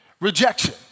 rejection